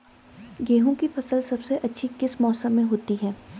गेहूँ की फसल सबसे अच्छी किस मौसम में होती है